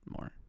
more